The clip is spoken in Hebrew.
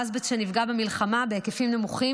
האסבסט שנפגע במלחמה הוא בהיקפים נמוכים,